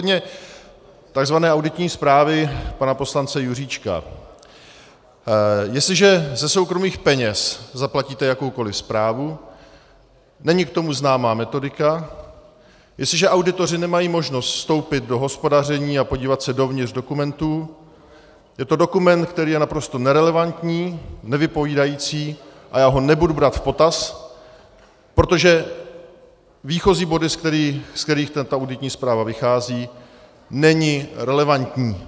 Ohledně tzv. auditní zprávy pana poslance Juříčka: Jestliže ze soukromých peněz zaplatíte jakoukoli zprávu, není k tomu známa metodika, jestliže auditoři nemají možnost vstoupit do hospodaření a podívat se dovnitř dokumentů, je to dokument, který je naprosto nerelevantní, nevypovídající a já ho nebudu brát v potaz, protože výchozí body, ze kterých tato auditní zpráva vychází, nejsou relevantní.